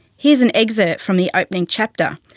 here's an excerpt from the opening chapter,